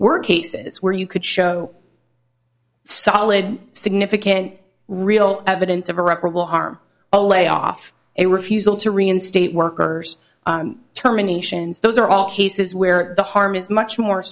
were cases where you could show solid significant real evidence of irreparable harm a layoff a refusal to reinstate workers terminations those are all cases where the harm is much more